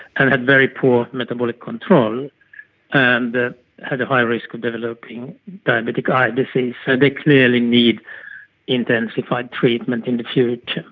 and had very poor metabolic control and had a high risk of developing diabetic eye disease. so they clearly need intensified treatment in the future.